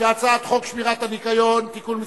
שהצעת חוק שמירת הניקיון (תיקון מס'